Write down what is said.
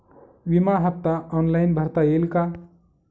विमा हफ्ता ऑनलाईन भरता येईल का?